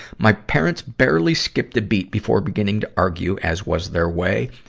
my parents barely skipped a beat before beginning to argue, as was their way,